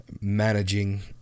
managing